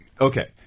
okay –